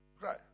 cry